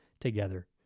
together